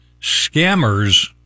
scammers